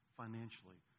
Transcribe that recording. Financially